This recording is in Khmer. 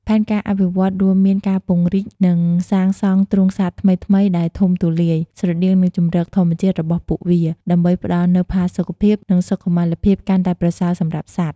ផែនការអភិវឌ្ឍន៍រួមមានការពង្រីក និងសាងសង់ទ្រុងសត្វថ្មីៗដែលធំទូលាយ ស្រដៀងនឹងជម្រកធម្មជាតិរបស់ពួកវា ដើម្បីផ្តល់នូវផាសុកភាព និងសុខុមាលភាពកាន់តែប្រសើរសម្រាប់សត្វ។